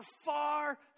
far